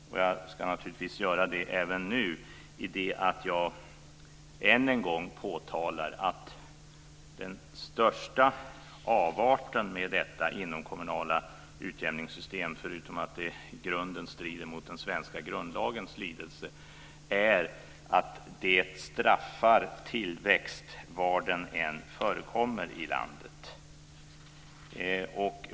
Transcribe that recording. Jag ska naturligtvis göra det även nu. Den största avarten med det inomkommunala utjämningssystemet - förutom att det strider mot den svenska grundlagens lydelse - är att det straffar tillväxt var den än förekommer i landet.